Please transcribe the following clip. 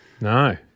No